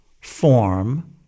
form